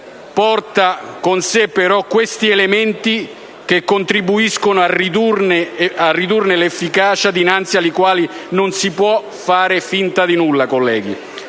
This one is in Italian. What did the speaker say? porta con sé però questi elementi che contribuiscono a ridurne l'efficacia e dinanzi ai quali non si può fare finta di nulla, colleghi.